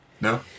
No